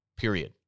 Period